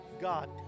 God